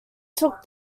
took